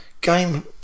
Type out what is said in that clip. game